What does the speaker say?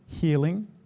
healing